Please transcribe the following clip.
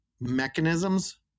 mechanisms